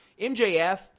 mjf